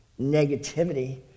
negativity